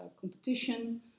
competition